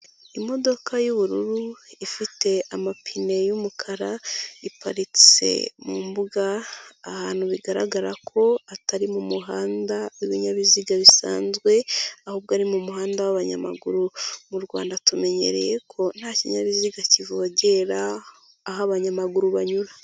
Imodoka y'ubururu ifite amapine y'umukara iparitse mu mbuga ahantu bigaragara ko atari mu muhanda w'ibinyabiziga bisanzwe ahubwo ari mu muhanda w'abanyamaguru, mu Rwanda tumenyereye ko nta kinyabiziga kivogera aho abanyamaguru banyura.